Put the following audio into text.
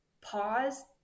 pause